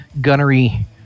gunnery